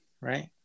right